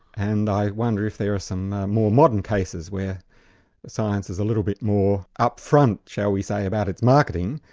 and i wonder if there are some more modern cases where science is a little bit more upfront, shall we say, about its marketing,